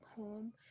home